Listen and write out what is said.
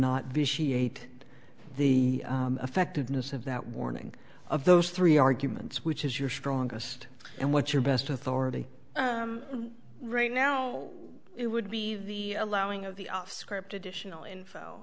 vitiate the effectiveness of that warning of those three arguments which is your strongest and what's your best authority right now it would be the allowing of the script additional info